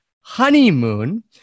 honeymoon